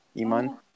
Iman